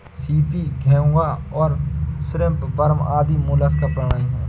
CP, घोंगा और shrimp worm आदि मौलास्क प्राणी हैं